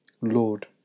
Lord